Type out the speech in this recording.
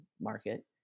market